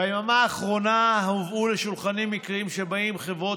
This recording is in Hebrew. ביממה האחרונה הובאו לשולחני מקרים שבהם חברות